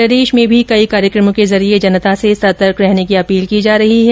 प्रदेश में भी कई कार्यकमों के जरिये जनता से सतर्क रहने की अपील की जा रही है